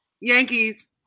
Yankees